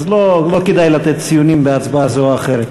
אז לא כדאי לתת ציונים בהצבעה זו או אחרת.